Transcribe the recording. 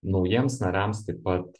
naujiems nariams taip pat